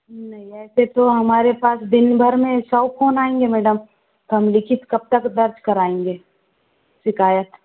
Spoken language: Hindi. नहीं ऐसे तो हमारे पास दिन भर में सौ फोन आएंगे मैडम हम लिखित कब तक दर्ज कराएँगे शिकायत